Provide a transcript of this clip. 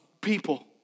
people